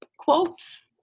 Quotes